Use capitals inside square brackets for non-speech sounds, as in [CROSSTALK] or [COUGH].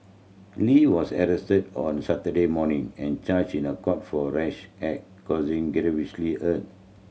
Lee was arrested on Saturday morning and charged in a court for rash act causing [UNINTELLIGIBLE] earn